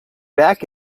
back